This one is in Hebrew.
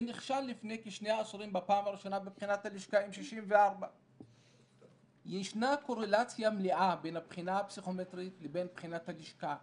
ונכשל לפני כשני עשורים בפעם הראשונה בבחינת הלשכה עם 64. ישנה קורלציה מלאה בין הבחינה הפסיכומטרית לבין בחינת הלשכה,